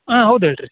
ಹಾಂ ಹೌದು ಹೇಳಿ ರೀ